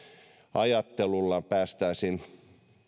ajattelulla päästäisiin